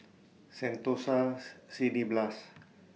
Sentosa's Cineblast